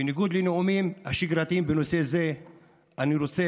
בניגוד לנאומים השגרתיים בנושא זה אני רוצה